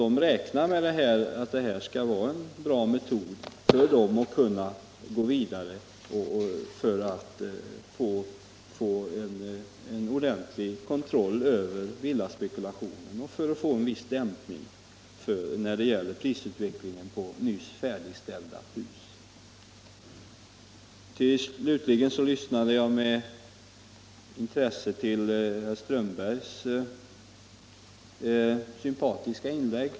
De räknar med att det här skall vara en bra metod för dem när det gäller att gå vidare för att få en ordentlig kontroll över villaspekulationen och för att få en viss dämpning av prisutvecklingen på nyss färdigställda hus. Slutligen lyssnade jag med intresse till herr Strömbergs i Botkyrka sympatiska inlägg.